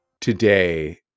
today